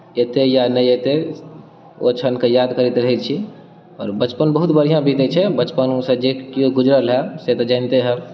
अयतै या नहि अयतै ओ क्षणकेँ याद करैत रहैत छी आओर बचपन बहुत बढ़िआँ बीतैत छै बचपनो से जे केओ गुजरल हैब से तऽ जनिते हैब